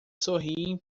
sorriem